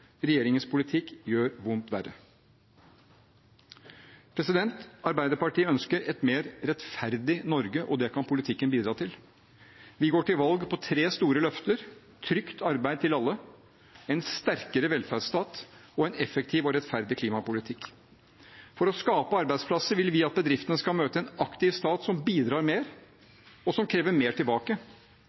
Regjeringens politikk gjør vondt verre. Arbeiderpartiet ønsker et mer rettferdig Norge, og det kan politikken bidra til. Vi går til valg på tre store løfter: trygt arbeid til alle en sterkere velferdsstat en effektiv og rettferdig klimapolitikk For å skape arbeidsplasser vil vi at bedriftene skal møte en aktiv stat som bidrar mer, og som krever mer tilbake.